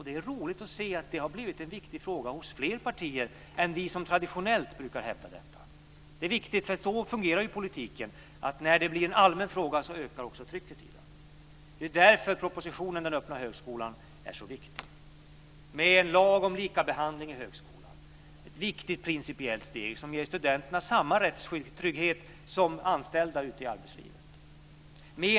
Det är roligt att se att det har blivit en viktig fråga hos flera partier än vi som traditionellt brukar hävda detta. Det är viktigt, för politiken fungerar ju så att när en fråga blir allmän ökar också trycket i den. Det är därför som propositionen Den öppna högskolan är så viktig. Den innehåller en lag om likabehandling i högskolan. Det är ett viktigt principiellt steg som ger studenterna samma rättstrygghet som anställda ute i arbetslivet.